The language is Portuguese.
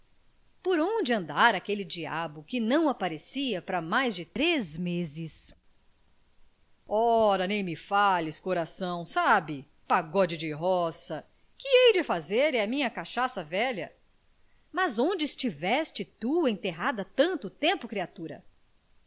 por onde andara aquele diabo que não aparecia para mais de três meses ora nem me fales coração sabe pagode de roga que hei de fazer é a minha cachaça velha mas onde estiveste tu enterrada tanto tempo criatura